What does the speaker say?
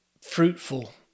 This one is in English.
fruitful